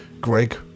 Greg